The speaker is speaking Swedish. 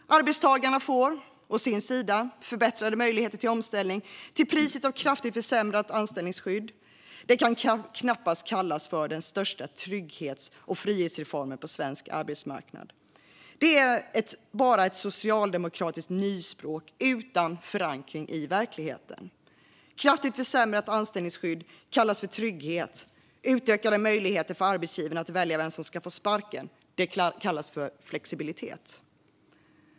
Arbetstagarna får, å sin sida, förbättrade möjligheter till omställning till priset av kraftigt försämrat anställningsskydd. Det kan knappast kallas för den största trygghets och frihetsreformen på svensk arbetsmarknad. Det är bara socialdemokratiskt nyspråk utan förankring i verkligheten. Kraftigt försämrat anställningsskydd kallas för trygghet, och utökade möjligheter för arbetsgivarna att välja vem som ska få sparken kallas för flexibilitet.